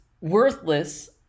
worthless